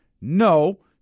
No